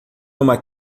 uma